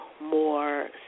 More